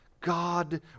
God